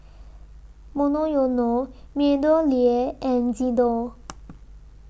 Monoyono Meadowlea and Xndo